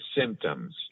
symptoms